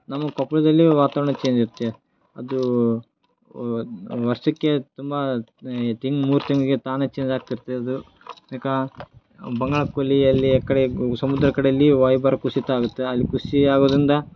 ನಮ್ಮ ಕೊಪ್ಪಳದಲ್ಲಿ ವಾತಾವರಣ ಚೇಂಜ್ ಇರುತ್ತೆ ಅದು ವರ್ಷಕ್ಕೆ ತುಂಬಾ ಈ ತಿಂಗ್ ಮೂರು ತಿಂಗಳಿಗೆ ತಾನೇ ಚೇಂಜ್ ಆಗ್ತಿರುತ್ತೆ ಅದು ಇಕ ಬಂಗಾಳ ಕೊಲ್ಲಿ ಅಲ್ಲಿ ಆ ಕಡೆ ಸಮುದ್ರ ಕಡೆಯಲ್ಲಿ ವಾಯುಭಾರ ಕುಸಿತ ಆಗುತ್ತೆ ಅಲ್ಲಿ ಕುಸಿತ ಆಗೋದರಿಂದ